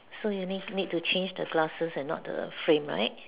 so you need need to change the glasses and not the frame right